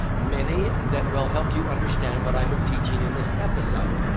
many that will help you understand what i've been teaching in this episode.